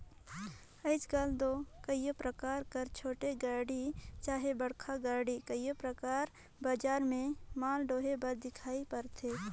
आएज काएल दो कइयो परकार कर छोटे गाड़ी चहे बड़खा गाड़ी कइयो परकार बजार में माल डोहे बर दिखई परथे